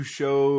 show